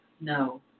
no